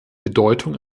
bedeutung